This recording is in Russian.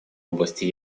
области